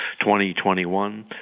2021